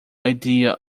ideal